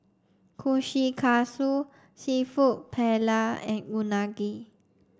Kushikatsu Seafood Paella and Unagi